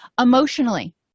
Emotionally